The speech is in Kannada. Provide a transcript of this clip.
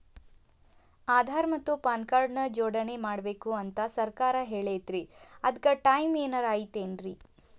ಆಧಾರ ಮತ್ತ ಪಾನ್ ಕಾರ್ಡ್ ನ ಜೋಡಣೆ ಮಾಡ್ಬೇಕು ಅಂತಾ ಸರ್ಕಾರ ಹೇಳೈತ್ರಿ ಅದ್ಕ ಟೈಮ್ ಏನಾರ ಐತೇನ್ರೇ?